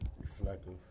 reflective